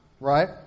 Right